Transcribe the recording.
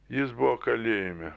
jis buvo kalėjime